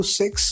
six